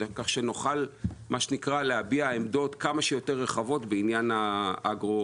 כך שנוכל להביע עמדות כמה שיותר רחבות בעניין האגרו-וולטאי.